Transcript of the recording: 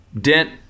Dent